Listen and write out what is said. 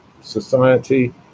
society